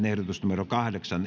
ehdotus yhdeksän